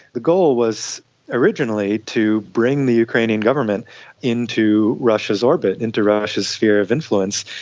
the goal was originally to bring the ukrainian government into russia's orbit, into russia's sphere of influence,